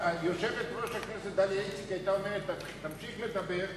יושבת-ראש הכנסת דליה איציק היתה אומרת: תמשיך לדבר,